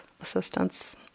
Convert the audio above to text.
assistance